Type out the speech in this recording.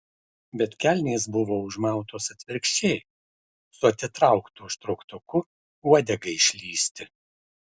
bet kelnės buvo užmautos atvirkščiai su atitrauktu užtrauktuku uodegai išlįsti